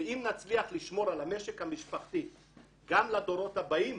אם נצליח לשמור על המשק המשפחתי גם לדורות הבאים,